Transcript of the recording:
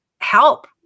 help